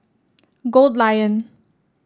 Goldlion